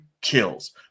kills